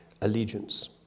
allegiance